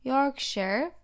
Yorkshire